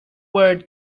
were